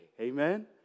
Amen